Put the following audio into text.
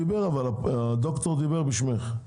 הדוקטור דיבר בשמך.